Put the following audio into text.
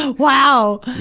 ah wow.